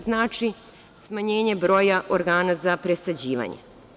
Znači, smanjenje broja organa za presađivanje.